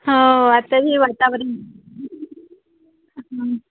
हो आताही वातावरण